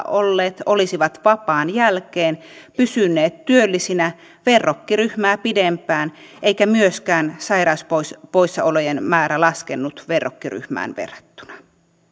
olleet olisivat vapaan jälkeen pysyneet työllisinä verrokkiryhmää pidempään eikä myöskään sairauspoissaolojen määrä laskenut verrokkiryhmään verrattuna